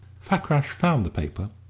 fakrash found the paper,